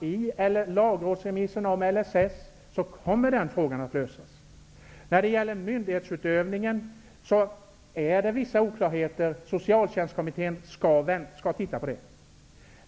i lagrådsremissen om LSS. Det finns vissa oklarheter beträffande myndighetsutövningen, och Socialtjänstkommittén skall titta på det.